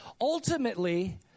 Ultimately